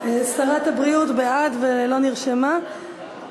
שחרור מחבלים אלא לאחר שישלמו דמי